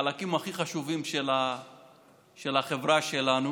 החלקים הכי חשובים של החברה שלנו: